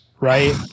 Right